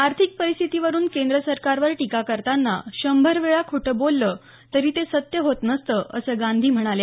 आर्थिक परिस्थितीवरून केंद्र सरकारवर टीका करताना शंभर वेळा खोटं बोललं तरी ते सत्य होत नसतं असं गांधी म्हणाल्या